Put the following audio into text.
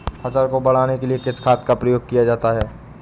फसल को बढ़ाने के लिए किस खाद का प्रयोग किया जाता है?